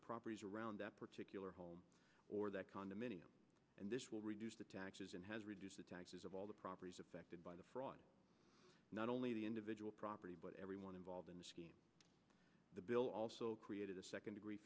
the properties around that particular home or that condominium and this will reduce the taxes and has reduced the taxes of all the properties affected by the fraud not only the individual property but everyone involved in the bill also created a second degree